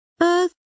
Earth